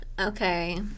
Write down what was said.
Okay